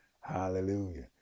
Hallelujah